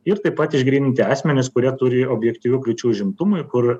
ir taip pat išgryninti asmenis kurie turi objektyvių kliūčių užimtumui kur